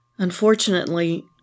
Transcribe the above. Unfortunately